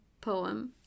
poem